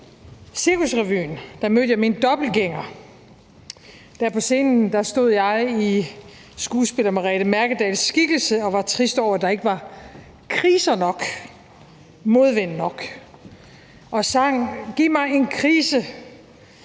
i Cirkusrevyen. Der på scenen stod jeg i skuespiller Merete Mærkedahls skikkelse og var trist over, at der ikke var kriser nok og modvind nok, og sang: Giv mig en krise,